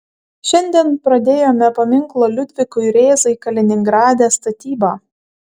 šiandien pradėjome paminklo liudvikui rėzai kaliningrade statybą